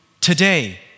today